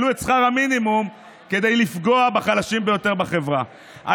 העלו את שכר המינימום כדי לפגוע בחלשים ביותר בחברה.